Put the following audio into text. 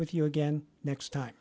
with you again next time